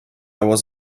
was